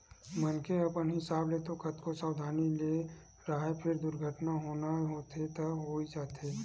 मनखे ह अपन हिसाब ले कतको सवधानी ले राहय फेर दुरघटना होना होथे त होइ जाथे